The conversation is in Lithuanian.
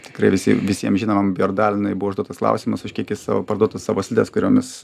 tikrai visi visiem žinomam bjordalinui buvo užduotas klausimas už kiek jis savo parduotų savo slides kuriomis